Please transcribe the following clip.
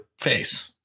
face